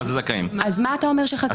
מה אתה אומר שחסר פה?